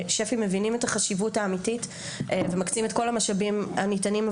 ששפ"י מבינים את החשיבות האמיתית ומקצים את כל המשאבים הניתנים,